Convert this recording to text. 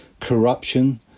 corruption